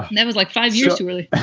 that was like five years. really?